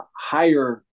higher